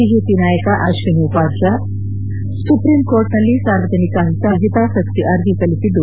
BJP ನಾಯಕ Ashwini Upadhyay supreme ಕೋರ್ಟನಲ್ಲಿ ಸಾರ್ವಜನಿಕ ಹಿತಾಸಕ್ತಿ ಅರ್ಜಿ ಸಲ್ಲಿಸಿದ್ದು